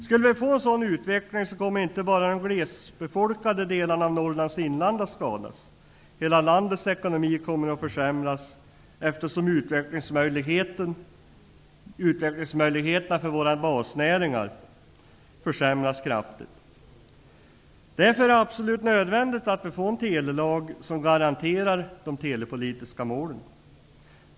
Skulle vi få en sådan utveckling kommer inte bara de glesbefolkade delarna av Norrlands inland att skadas. Hela landets ekonomi kommer att försämras, eftersom utvecklingsmöjligheterna för våra basnäringar försämras kraftigt. Därför är det absolut nödvändigt att vi får en telelag som garanterar de telepolitiska målen.